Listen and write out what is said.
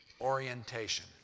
Orientation